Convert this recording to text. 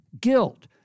guilt